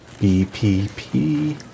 BPP